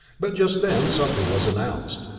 but just then supper was announced.